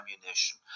ammunition